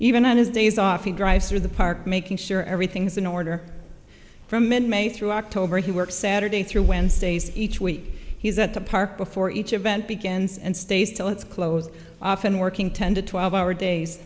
even on his days off he drives through the park making sure everything's in order from in may through october he works saturday through wednesdays each week he's at the park before each event begins and stay still it's close often working ten to twelve hour days